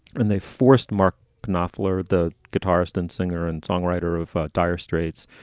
and they forced mark knopfler, the guitarist and singer and songwriter of dire straits,